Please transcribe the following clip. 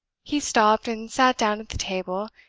he stopped and sat down at the table,